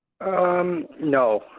No